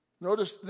notice